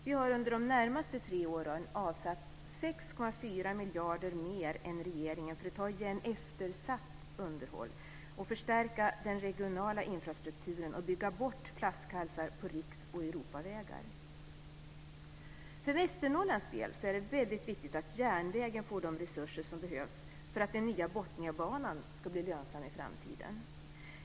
Vi har under de närmaste tre åren avsatt 6,4 miljarder mer än regeringen för att ta igen eftersatt underhåll, förstärka den regionala infrastrukturen och bygga bort flaskhalsar på riks och För Västernorrlands del är det väldigt viktigt att järnvägen får de resurser som behövs för att den nya Botniabanan ska bli lönsam i framtiden.